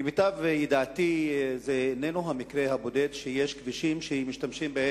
למיטב ידיעתי זה איננו המקרה הבודד שיש כבישים שמשתמשים בהם,